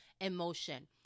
emotion